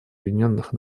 объединенных